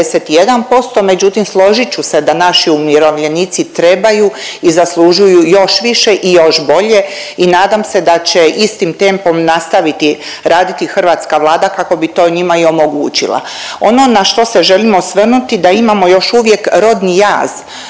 71% međutim složit ću se da naši umirovljenici trebaju i zaslužuju još više i još bolje i nadam se da će istim tempom nastaviti raditi hrvatska Vlada kako bi to njima i omogućila. Ono na što se želimo osvrnuti da imamo još uvijek rodni jaz